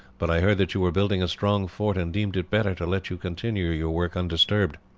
but i heard that you were building a strong fort and deemed it better to let you continue your work undisturbed.